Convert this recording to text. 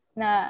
na